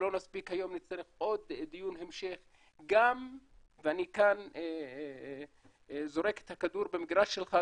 שנצטרך עוד דיון המשך ואני כאן זורק את הכדור במגרש שלך,